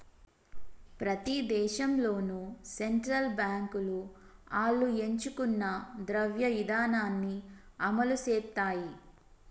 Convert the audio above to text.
ప్రతి దేశంలోనూ సెంట్రల్ బాంకులు ఆళ్లు ఎంచుకున్న ద్రవ్య ఇదానాన్ని అమలుసేత్తాయి